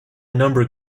number